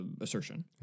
assertion